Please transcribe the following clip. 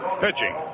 pitching